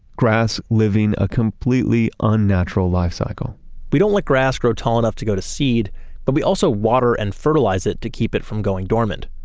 grass living a completely unnatural life-cycle we don't let grass grow tall enough to go to seed but we also water and fertilize it to keep it from going dormant.